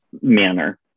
manner